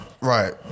Right